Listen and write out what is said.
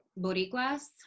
Boricua's